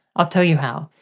i'll tell you how,